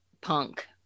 punk